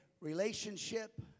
relationship